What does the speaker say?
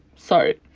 sorry.